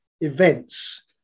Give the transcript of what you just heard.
events